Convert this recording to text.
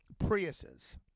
Priuses